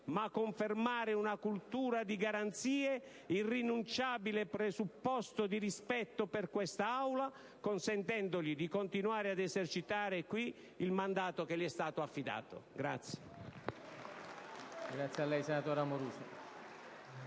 ma confermare una cultura di garanzie, irrinunciabile presupposto di rispetto per quest'Aula, consentendogli di continuare ad esercitare il mandato che gli è stato affidato.